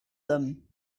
them